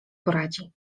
poradzi